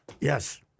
Yes